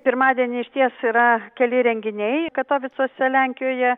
pirmadienį išties yra keli renginiai katovicuose lenkijoje